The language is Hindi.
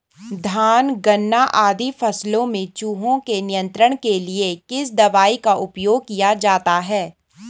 धान गन्ना आदि फसलों में चूहों के नियंत्रण के लिए किस दवाई का उपयोग किया जाता है?